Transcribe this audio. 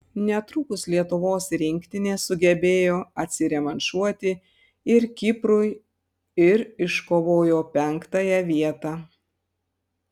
netrukus lietuvos rinktinė sugebėjo atsirevanšuoti ir kiprui ir iškovojo penktąją vietą